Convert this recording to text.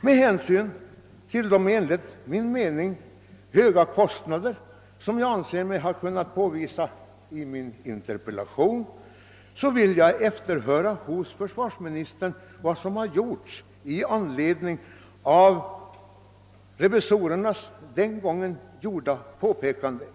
Med hänsyn till de enligt min mening höga kostnader som jag i min interpellation har visat på vill jag nu fråga försvarsministern vilka åtgärder som har vidtagits i anledning av statsrevisorernas den gången gjorda påpekanden.